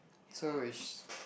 so is